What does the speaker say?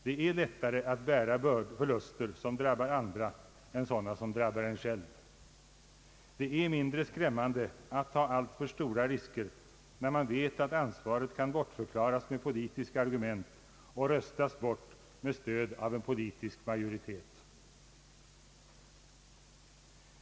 Det är lättare att bära förluster som drabbar andra än sådana som drabbar en själv. Det är mindre skrämmande att ta allt för stora risker, när man vet att ansvaret kan bortförklaras med politiska argument och röstas bort med stöd av en politisk majoritet.